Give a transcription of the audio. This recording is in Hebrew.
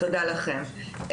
תודה לכם.